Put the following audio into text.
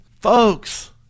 folks